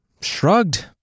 shrugged